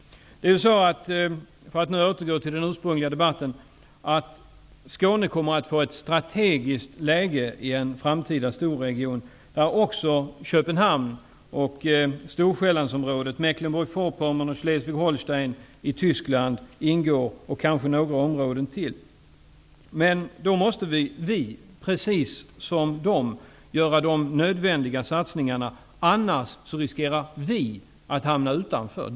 Skåne kommer -- för att nu återgå till den ursprungliga debatten -- att få ett strategiskt läge i en framtida storregion, där även Köpenhamn, Storsjällandsområdet, Mecklenburg-Vorpommern samt Schleswig-Holstein i Tyskland och kanske några områden till ingår. Men då måste vi precis som de andra göra de nödvändiga satsningarna. Annars riskerar vi att hamna utanför.